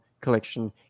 collection